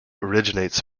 originates